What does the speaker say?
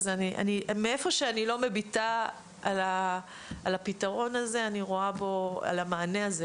מאיפה שאני לא מביטה על הפתרון הזה - על המענה הזה,